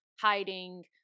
hiding